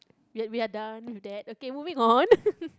we are we are done with that okay moving on